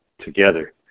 together